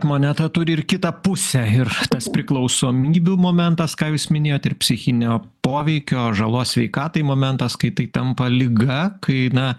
moneta turi ir kitą pusę ir tas priklausomybių momentas ką jūs minėjot ir psichinio poveikio žalos sveikatai momentas kai tai tampa liga kai na